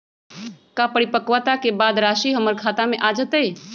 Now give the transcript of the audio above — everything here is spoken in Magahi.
का परिपक्वता के बाद राशि हमर खाता में आ जतई?